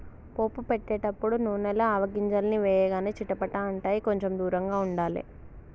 పోపు పెట్టేటపుడు నూనెల ఆవగింజల్ని వేయగానే చిటపట అంటాయ్, కొంచెం దూరంగా ఉండాలే